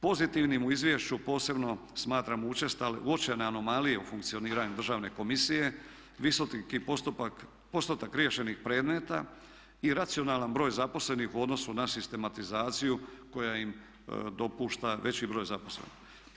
Pozitivnim u izvješću posebno smatramo uočene anomalije u funkcioniranju Državne komisije, visoki postotak riješenih predmeta i racionalan broj zaposlenih u odnosu na sistematizaciju koja im dopušta veći broj zaposlenih.